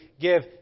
give